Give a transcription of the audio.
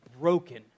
broken